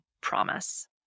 promise